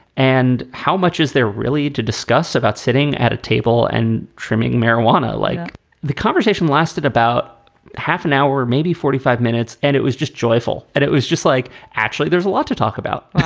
and how much is there really to discuss about sitting at a table and trimming marijuana? like the conversation lasted about half an hour, maybe forty five minutes. and it was just joyful and it was just like, actually, there's a lot to talk about.